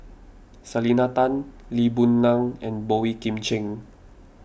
Selena Tan Lee Boon Ngan and Boey Kim Cheng